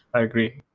i agree.